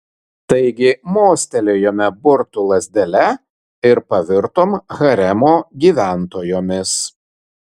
taigi mostelėjome burtų lazdele ir pavirtom haremo gyventojomis